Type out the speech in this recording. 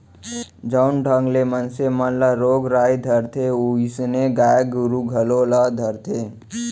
जउन ढंग ले मनसे मन ल रोग राई धरथे वोइसनहे गाय गरू घलौ ल धरथे